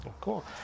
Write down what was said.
Cool